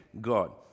God